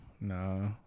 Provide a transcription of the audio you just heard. No